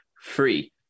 free